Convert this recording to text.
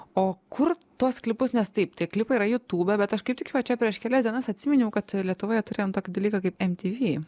o kur tuos klipus nes taip tie klipai yra jutube bet aš kaip tik va čia prieš kelias dienas atsiminiau kad lietuvoje turėjom tokį dalyką kaip mtv